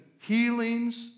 healings